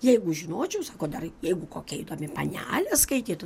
jeigu žinočiau sako dar jeigu kokia įdomi panelė skaitytų